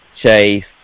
Chase